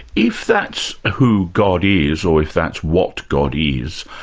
if that's who god is, or if that's what god is,